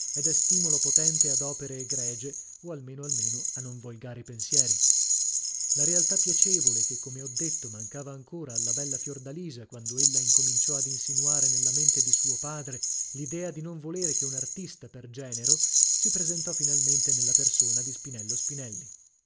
ed è stimolo potente ad opere egregie o almeno almeno a non volgari pensieri la realtà piacevole che come ho detto mancava ancora alla bella fiordalisa quando ella incominciò ad insinuare nella mente di suo padre l'idea di non volere che un artista per genero si presentò finalmente nella persona di spinello spinelli